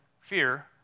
fear